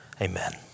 Amen